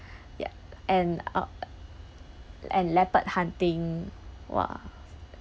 ya and uh and leopard hunting !wah!